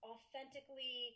authentically